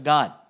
God